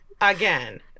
again